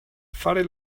fare